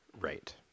Right